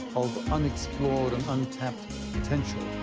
of unexplored and untapped potential.